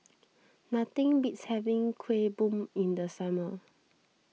nothing beats having Kuih Bom in the summer